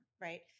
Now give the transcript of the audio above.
Right